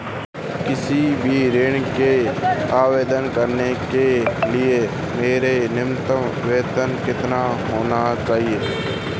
किसी भी ऋण के आवेदन करने के लिए मेरा न्यूनतम वेतन कितना होना चाहिए?